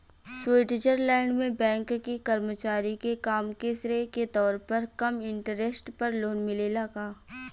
Switzerland में bank के कर्मचारी के काम के श्रेय के तौर पर कम इंटरेस्ट पर लोन मिलेला का?